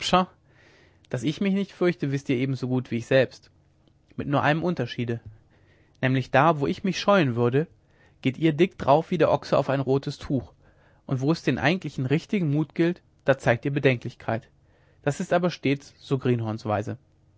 daß ich mich nicht fürchte wißt ihr ebenso gut wie ich selbst mit nur einem unterschiede nämlich da wo ich mich scheuen würde geht ihr dick darauf wie der ochse auf ein rotes tuch und wo es den eigentlichen richtigen mut gilt da zeigt ihr bedenklichkeit das ist aber stets so greenhornsweise